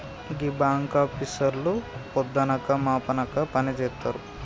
గీ బాంకాపీసర్లు పొద్దనక మాపనక పనిజేత్తరు